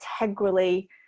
integrally